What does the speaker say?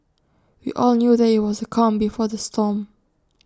we all knew that IT was the calm before the storm